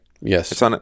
Yes